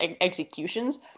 executions